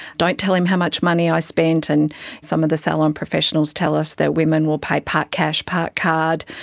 don't tell him how much money i spent. and some of the salon professionals tell us that women will pay part cash, part card,